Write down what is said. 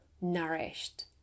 nourished